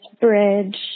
bridge